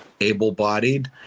able-bodied